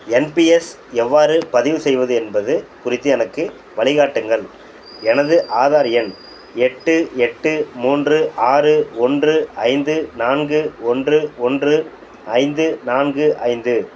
NPS எவ்வாறு பதிவு செய்வது என்பது குறித்து எனக்கு வழிகாட்டுங்கள் எனது ஆதார் எண் எட்டு எட்டு மூன்று ஆறு ஒன்று ஐந்து நான்கு ஒன்று ஒன்று ஐந்து நான்கு ஐந்து